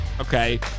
Okay